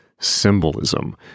symbolism